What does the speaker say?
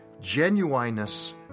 genuineness